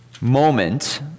moment